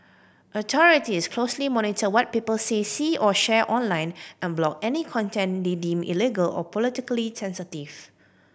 authorities closely monitor what people say see or share online and block any content they deem illegal or politically sensitive